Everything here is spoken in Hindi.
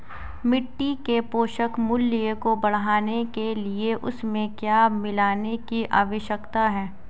मिट्टी के पोषक मूल्य को बढ़ाने के लिए उसमें क्या मिलाने की आवश्यकता है?